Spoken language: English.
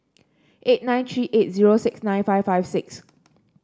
eight nine three eight zero six nine five five six